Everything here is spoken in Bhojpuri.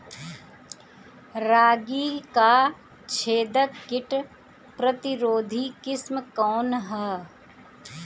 रागी क छेदक किट प्रतिरोधी किस्म कौन ह?